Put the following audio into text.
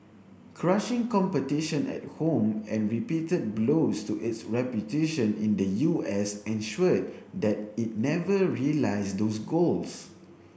crushing competition at home and repeated blows to its reputation in the U S ensured that it never realised those goals